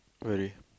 really